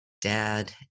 dad